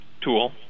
tool